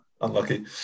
unlucky